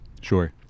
Sure